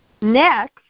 Next